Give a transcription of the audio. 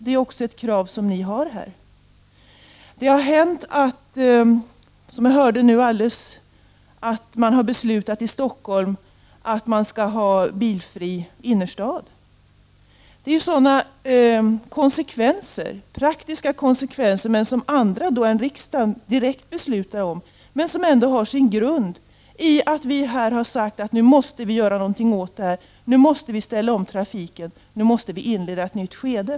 Det är också ett krav som ni har. Som vi hörde har man också beslutat i Stockholm att man skall ha en bilfri innerstad. Det är åtgärder som får praktiska konsekvenser, men som andra instanser än riksdagen direkt beslutar om. De har dock sin grund i att vi här har sagt att vi måste göra något åt problemen. Vi måste nu ställa om trafiken och inleda ett nytt skede.